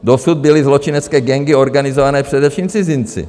Dosud byly zločinecké gangy organizované především cizinci.